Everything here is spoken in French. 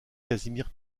casimir